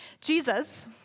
Jesus